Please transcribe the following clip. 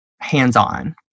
hands-on